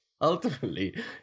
ultimately